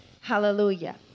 Hallelujah